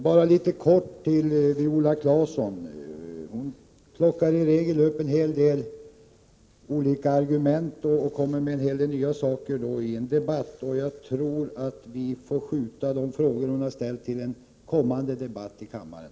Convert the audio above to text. Herr talman! Viola Claesson plockar i regel upp en hel del nya argument som tillför nya frågeställningar till debatten. I det här fallet får vi nog vänta med de frågor hon ställt till en kommande debatt i kammaren.